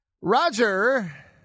Roger